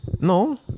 No